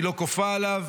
היא לא כופה עליו,